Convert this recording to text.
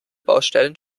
baustellen